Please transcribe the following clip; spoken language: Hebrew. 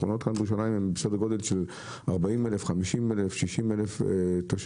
בשכונות חרדיות בירושלים יש 60-50-40 אלף תושבים.